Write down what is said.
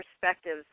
perspectives